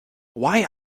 why